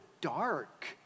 dark